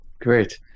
Great